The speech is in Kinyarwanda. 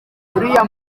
uriya